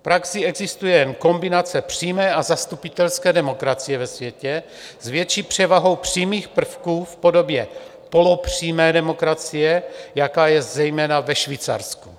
V praxi existuje jen kombinace přímé a zastupitelské demokracie ve světě, s větší převahou přímých prvků v podobě polopřímé demokracie, jaká je zejména ve Švýcarsku.